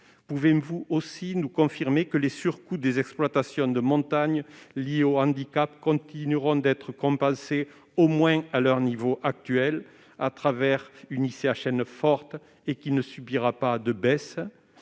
Pouvez-vous aussi nous confirmer que les surcoûts des exploitations de montagne liés aux handicaps naturels continueront d'être compensés au moins à leur niveau actuel, au travers d'une ICHN forte qui ne subira pas de baisse ?